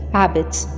habits